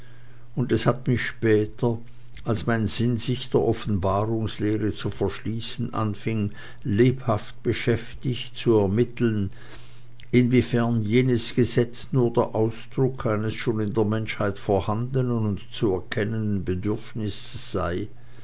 und es hat mich später als mein sinn sich der offenbarungslehre zu verschließen anfing lebhaft beschäftigt zu ermitteln inwiefern jenes gesetz nur der ausdruck eines schon in der menschheit vorhandenen und erkannten bedürfnisses sei